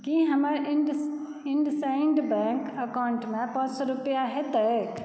की हमर इंडसइंड बैंक अकाउंटमे पाँच सए रूपैआ हेतै